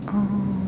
oh